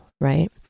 right